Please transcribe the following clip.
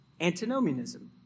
antinomianism